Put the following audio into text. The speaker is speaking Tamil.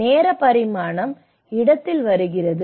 நேர பரிமாணம் இடத்தில் வருகிறது